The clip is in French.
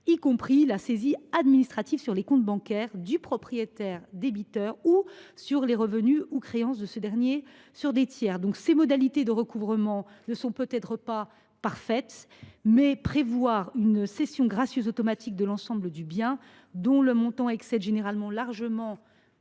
y compris la saisie administrative sur les comptes bancaires du propriétaire débiteur ou sur les revenus ou créances de ce dernier sur des tiers. Ces modalités de recouvrement ne sont peut être pas parfaites, mais prévoir une cession gracieuse automatique de l’ensemble du bien, dont le montant excède parfois largement